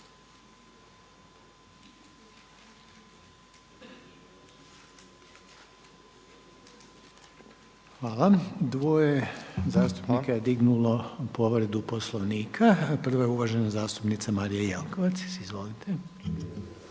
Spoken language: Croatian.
Hvala. Dvoje zastupnika je dignulo povredu Poslovnika. Prvo je uvažena zastupnica Marija Jelkovac, izvolite.